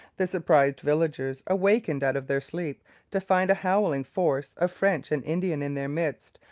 the surprised villagers, awakened out of their sleep to find a howling force of french and indians in their midst,